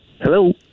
Hello